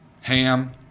Ham